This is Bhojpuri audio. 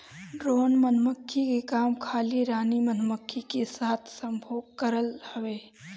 ड्रोन मधुमक्खी के काम खाली रानी मधुमक्खी के साथे संभोग करल हवे